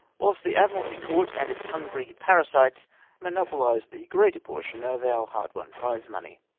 whilst the admii'alty court and its hungry parasites monopolised the greater portion of om' hard won prize-money.